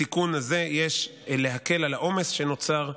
בתיקון הזה יש להקל את העומס שנוצר,